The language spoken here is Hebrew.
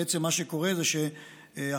בעצם, מה שקורה, שאכן,